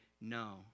no